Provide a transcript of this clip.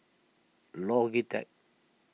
Logitech